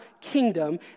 kingdom